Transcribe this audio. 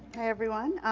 hi everyone.